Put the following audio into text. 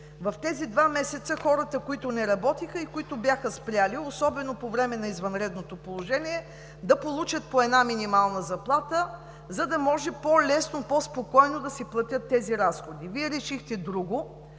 в тези два месеца хората, които не работеха и които бяха спрели, особено по време на извънредното положение, да получат по една минимална заплата, за да може по лесно, по-спокойно да си платят разходите. Вие решихте друго.